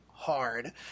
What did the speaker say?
hard